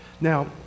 Now